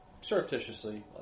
Surreptitiously